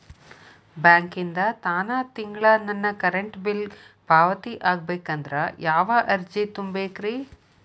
ಬ್ಯಾಂಕಿಂದ ತಾನ ತಿಂಗಳಾ ನನ್ನ ಕರೆಂಟ್ ಬಿಲ್ ಪಾವತಿ ಆಗ್ಬೇಕಂದ್ರ ಯಾವ ಅರ್ಜಿ ತುಂಬೇಕ್ರಿ?